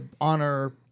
honor